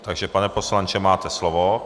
Takže pane poslanče, máte slovo.